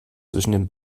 zwischen